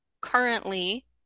currently